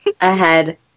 ahead